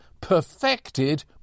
perfected